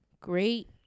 Great